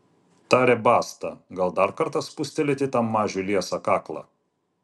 tarė basta gal dar kartą spustelėti tam mažiui liesą kaklą